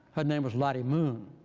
her name was lottie moon.